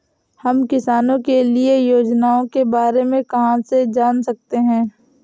हम किसानों के लिए योजनाओं के बारे में कहाँ से जान सकते हैं?